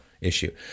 issue